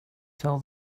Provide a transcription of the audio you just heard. tell